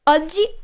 Oggi